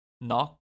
Knock